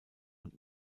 und